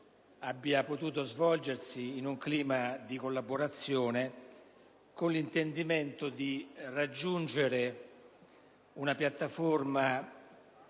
dei colleghi, in un clima di collaborazione e con l'intendimento di raggiungere una piattaforma